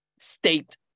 state